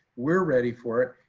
we're ready for it.